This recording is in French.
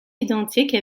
identique